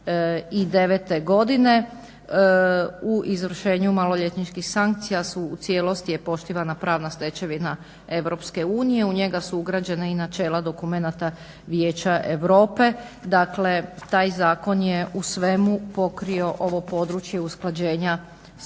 iz 2009. godine u izvršenju maloljetničkih sankcija, u cijelosti je poštivana pravna stečevina Europske unije, u njega su ugrađena i načela dokumenata Vijeća europe. Dakle, taj zakon je u svemu pokrio ovo područje usklađenja sa